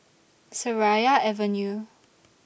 Seraya Avenue